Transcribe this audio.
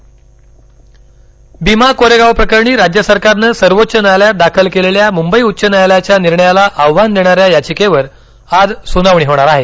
भीमाकोरेगाव भीमा कोरेगाव प्रकरणी राज्य सरकारनं सर्वोच्च न्यायालयात दाखल केलेल्या मुंबई उच्च न्यायालयाच्या निर्णयाला आव्हान देणा या याचिकेवर आज सुनावणी होणार आहे